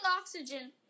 oxygen